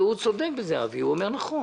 צודק אבי ניסנקורן, הוא אומר נכון: